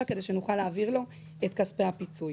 כדי שנוכל להעביר לו את כספי הפיצוי.